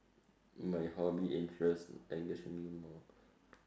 my hobby interest engage me more